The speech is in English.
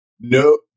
no